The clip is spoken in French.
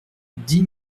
dix